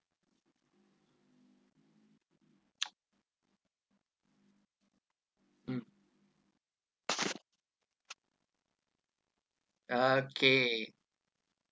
mm okay